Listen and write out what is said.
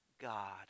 God